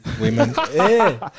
women